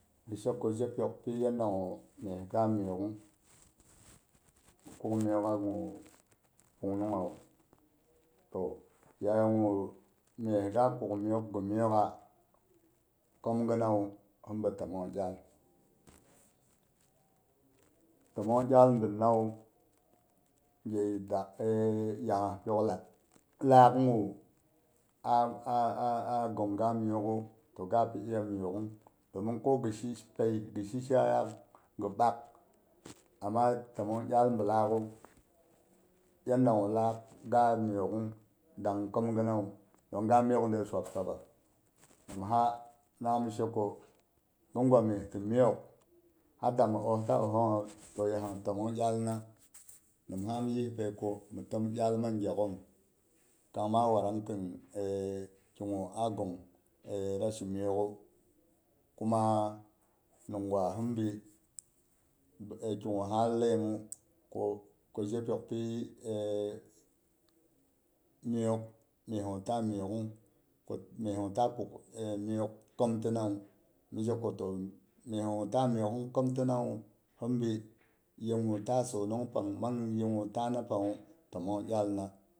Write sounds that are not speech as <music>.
Mhi she ko je pyok pi yanda gu mes ta miyokhu <noise> mi kuk miyokha gun pung nunghawu yayi gu mes lak kuk miyok ti miyokha khom ghinawu hin bi timmong iyah. Timmong iyaal binnawu ge bak <hesitation> ya as pyok lad laagh gu a- a- a agong ga miyokhu to ga pi iya miyokh, domin ko ghoshi pai ghi shi shaiyak gho ɓak amma timong iyal bilakhu yanda gu lak ga miyokh har da komghinawu don ga miyok ni swab swabba nimha mhi am she ko ghin gwa mes ti miyok a dangmi osta osonghawu to yepang timong iyalna nimsa mhi am yispai ko mhi tim iyal mang gyaghom kang ma wadang khin <hesitation> kigu a gong <hesitation> rashi miyokhu. kuma nim gwa hinbi kigu ha laiyimu ku ku je pyok pi <hesitation> miyok, mehgu ta miyok hu mes gu ta miyok komtina wu mi jeko to meh gu ta miyok komtinawu him bi ye gu ta sonong pang mang ye gu tana pang timong iyal na